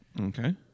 Okay